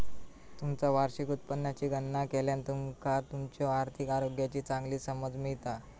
तुमचा वार्षिक उत्पन्नाची गणना केल्यान तुमका तुमच्यो आर्थिक आरोग्याची चांगली समज मिळता